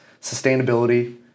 sustainability